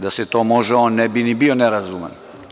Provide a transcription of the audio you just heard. Da se to može, on ne bi ni bio nerazuman.